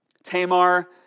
Tamar